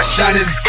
Shining